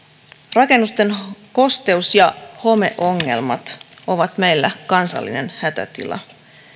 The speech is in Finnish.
rakennusten kosteus ja homeongelmat ovat meillä kansallinen hätätila